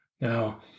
Now